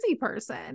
person